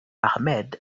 ahmed